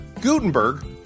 Gutenberg